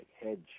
hedge